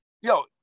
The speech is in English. yo